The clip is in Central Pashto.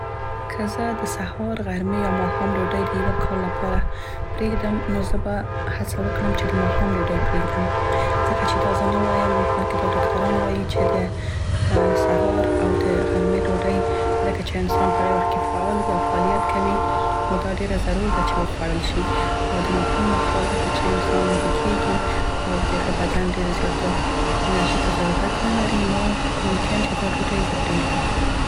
که زه د سهار، غرمې یا ماښام ډوډۍ د یوه کال لپاره پریږدم، نو زه به هڅه وکړم چې د ماښام ډوډۍ پریږدم. ځکه چې دا زه نه وایم بلکې دا ډاکټران وايي، چې دې سهار او د غرمې ډوډۍ، ځکه چې انسان په هغې وخت کې فعال وي او فعالیت کوي، نو دا ډیره ضرور ده چې وخوړل شي. او د ماښام لخوا ځکه چې انسان ویده کیګي او د هغې بدن ډيرو زیاتو انرژي ته ضرورت نه لري نو ممکن چې دا ډوډۍ زه پریږدم.